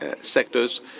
sectors